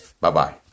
bye-bye